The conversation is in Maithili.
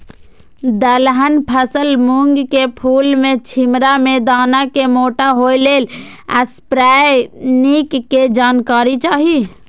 दलहन फसल मूँग के फुल में छिमरा में दाना के मोटा होय लेल स्प्रै निक के जानकारी चाही?